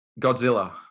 Godzilla